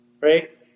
right